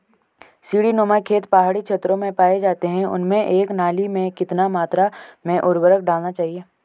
सीड़ी नुमा खेत पहाड़ी क्षेत्रों में पाए जाते हैं उनमें एक नाली में कितनी मात्रा में उर्वरक डालना चाहिए?